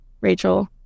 Rachel